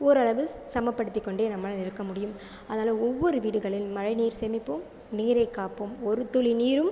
ஓரளவு சமப்படுத்திக் கொண்டே நம்மால் இருக்க முடியும் அதனால் ஒவ்வொரு வீடுகளிலும் மழைநீர் சேமிப்போம் நீரைக் காப்போம் ஒரு துளி நீரும்